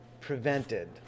prevented